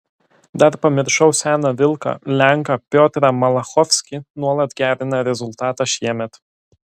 dar pamiršau seną vilką lenką piotrą malachovskį nuolat gerina rezultatą šiemet